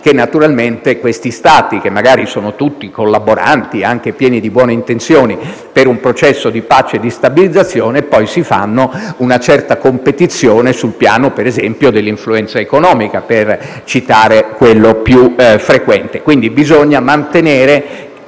quest'Aula - che questi Stati, che magari sono tutti collaboranti e anche pieni di buone intenzioni per un processo di pace e stabilizzazione, poi si fanno una certa competizione, ad esempio, sul piano dell'influenza economica (per citare quello più frequente). Quindi, bisogna mantenere